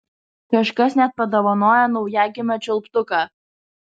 kažkas net padovanojo naujagimio čiulptuką